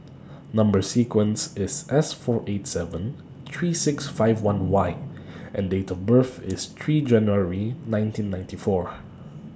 Number sequence IS S four eight seven three six five one Y and Date of birth IS three January nineteen ninety four